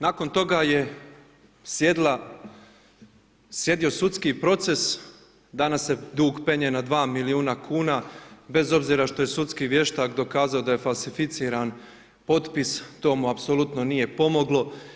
Nakon toga je sjedio sudski proces, danas se dug penje na 2 milijuna kuna, bez obzira što je sudski vještak dokazao da je falsificiran potpisan tomu apsolutno nije pomoglo.